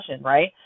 right